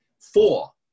four